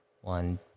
One